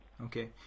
Okay